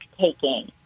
taking